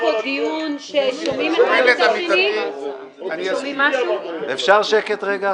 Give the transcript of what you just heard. שנוגע באמון של הציבור במערכת הכי חשובה שלנו